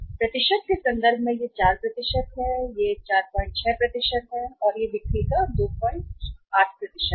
प्रतिशत के संदर्भ में यह 4 है यह 46 है और यह बिक्री का 28 है